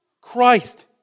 Christ